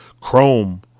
Chrome